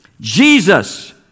Jesus